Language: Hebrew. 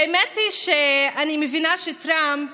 האמת היא שאני מבינה שטראמפ